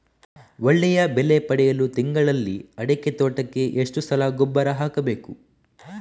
ಒಳ್ಳೆಯ ಬೆಲೆ ಪಡೆಯಲು ತಿಂಗಳಲ್ಲಿ ಅಡಿಕೆ ತೋಟಕ್ಕೆ ಎಷ್ಟು ಸಲ ಗೊಬ್ಬರ ಹಾಕಬೇಕು?